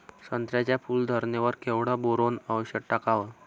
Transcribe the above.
संत्र्याच्या फूल धरणे वर केवढं बोरोंन औषध टाकावं?